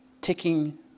ticking